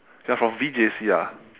you're from V_J_C ah